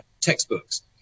textbooks